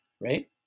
right